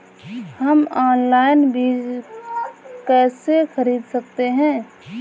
हम ऑनलाइन बीज कैसे खरीद सकते हैं?